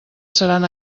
seran